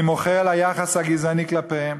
אני מוחה על היחס הגזעני כלפיהם.